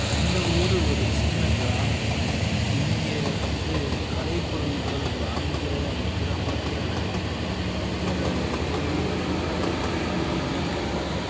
எங்கள் ஊர் ஒரு சின்ன கிராமம் இங்கே வந்து கலை பொருட்கள் வாங்குற விற்கற மாதிரியான ஒரு நிறுவனங்களோ கடைகளோ எதுவுமே கிடையாது